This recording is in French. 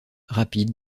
rapide